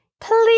Please